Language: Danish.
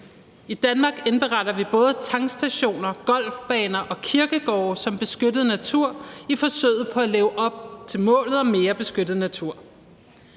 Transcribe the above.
I Danmark indberetter vi både tankstationer, golfbaner og kirkegårde som beskyttet natur i forsøget på at leve op til målet om mere beskyttet natur.